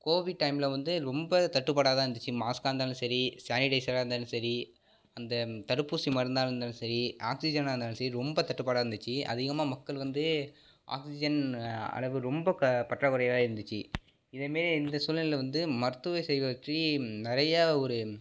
Covid டைம்ல வந்து ரொம்ப தட்டுப்பாடாக தான் இருந்துச்சு மாஸ்க்காருந்தாலும் சரி சானிடைசராக இருந்தாலும் சரி அந்த தடுப்பூசி மருந்தாக இருந்தாலும் சரி ஆக்சிஜனாயிருந்தாலும் சரி ரொம்ப தட்டுப்பாடாருந்துச்சு அதிகமாக மக்கள் வந்து ஆக்சிஜன் அளவு ரொம்ப பற்றாக்குறையாக தான் இருந்துச்சு இதுமாரி இந்த சூழ்நிலையில வந்து மருத்துவ செயல் வச்சு நிறைய ஒரு